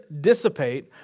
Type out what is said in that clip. dissipate